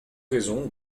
raisons